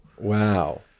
Wow